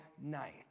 night